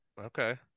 Okay